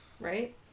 Right